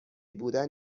بودن